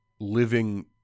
living